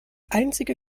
einzige